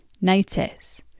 Notice